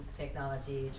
technology